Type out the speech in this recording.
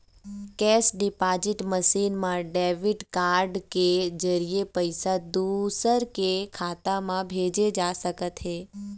cash deposit machine म debit card के जरिए पइसा दूसर के खाता म भेजे जा सकत हे